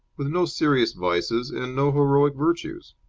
with no serious vices and no heroic virtues.